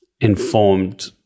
informed